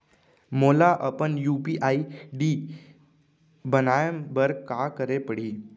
मोला अपन UPI ID बनाए बर का करे पड़ही?